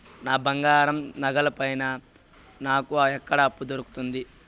నా బంగారు నగల పైన నాకు ఎక్కడ అప్పు దొరుకుతుంది